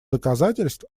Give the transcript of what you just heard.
доказательств